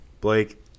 blake